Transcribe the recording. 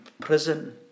prison